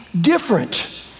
different